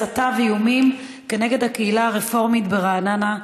הסתה ואיומים כנגד הקהילה הרפורמית ברעננה,